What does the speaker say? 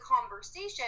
conversation